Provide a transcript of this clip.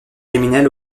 criminel